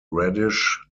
reddish